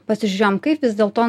pasižiūrėjom kaip vis dėl to